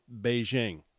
Beijing